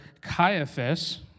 Caiaphas